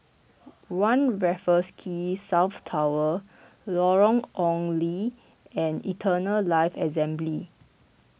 one Raffles Quay South Tower Lorong Ong Lye and Eternal Life Assembly